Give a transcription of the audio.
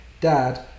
Dad